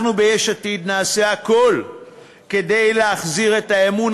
אנחנו ביש עתיד נעשה הכול כדי להחזיר את האמון